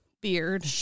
Beard